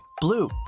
blue